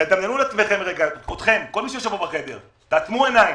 תדמיינו לעצמכם, תעצמו עיניים,